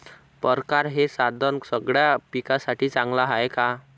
परकारं हे साधन सगळ्या पिकासाठी चांगलं हाये का?